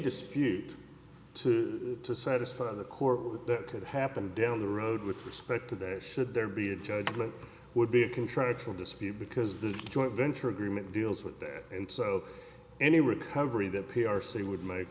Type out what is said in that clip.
dispute to satisfy the court that could happen down the road with respect to that should there be a judgment would be a contractual dispute because the joint venture agreement deals with that and so any recovery that p r c would make